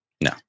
No